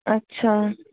अच्छा